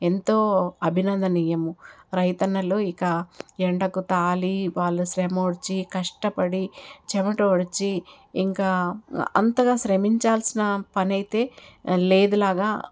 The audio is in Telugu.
ఎంతో అభినందనీయము రైతన్నలు ఇక ఎండకు తాళి వాళ్ళు శ్రమోడ్చి కష్టపడి చమటోడ్చి ఇంకా అంతగా శ్రమించాల్సిన పని అయితే లేదు లాగా